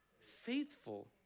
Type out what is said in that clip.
Faithful